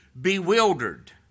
bewildered